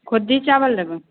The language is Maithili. खुद्दी चाबल लेबै